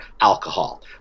alcohol